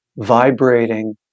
Vibrating